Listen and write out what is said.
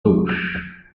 gauche